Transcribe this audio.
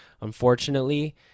unfortunately